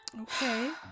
Okay